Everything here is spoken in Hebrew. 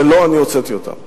ולא אני הוצאתי אותם.